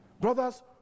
Brothers